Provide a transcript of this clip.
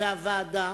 והוועדה